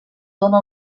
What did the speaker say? dóna